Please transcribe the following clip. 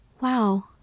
Wow